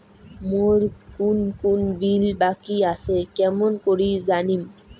মোর কুন কুন বিল বাকি আসে কেমন করি জানিম?